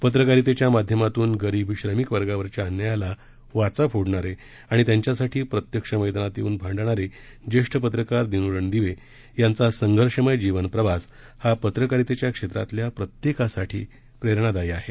पत्रकारितेच्या माध्यमातून गरीब श्रमिक वर्गावरील अन्यायाला वाचा फोडणारे आणि त्यांच्यासाठी प्रत्यक्ष मैदानात येऊन भांडणारे ज्येष्ठ पत्रकार दिनू रणदिवे यांचा संघर्षमय जीवन प्रवास हा पत्रकारितेच्या क्षेत्रातील प्रत्येकासाठी प्रेरणादायी आहे